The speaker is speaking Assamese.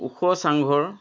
ওখ চাংঘৰ